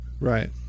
Right